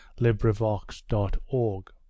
LibriVox.org